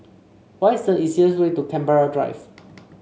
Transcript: what is the easiest way to Canberra Drive